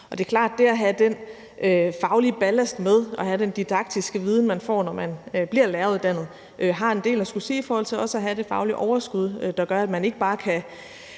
det at have den faglige ballast med og have den didaktiske viden, man får, når man bliver læreruddannet, har en del at sige i forhold til også at have det faglige overskud, der gør, at man ikke bare kan